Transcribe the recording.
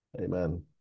Amen